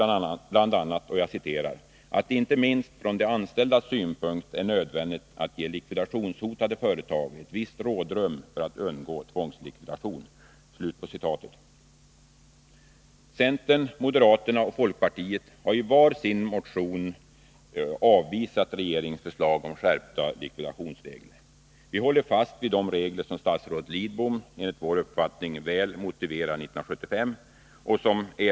Han framhöll bl.a. ”att det inte minst från de anställdas synpunkt är nödvändigt att ge likvidationshotade företag ett visst rådrum för att undgå tvångslikvidation”. Centern, moderata samlingspartiet och folkpartiet har i var sin motion avvisat regeringens förslag om skärpta likvidationsregler. Vi håller fast vid de regler som statsrådet Lidbom väl motiverade 1975.